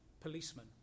policemen